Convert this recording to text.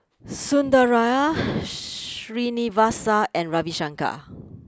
Sundaraiah Srinivasa and Ravi Shankar